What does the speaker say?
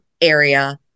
area